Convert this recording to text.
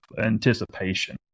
anticipation